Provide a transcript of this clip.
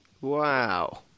Wow